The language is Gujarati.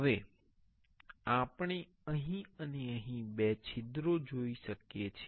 હવે આપણે અહીં અને અહીં બે છિદ્રો જોઈએ છે